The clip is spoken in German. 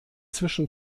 zwischen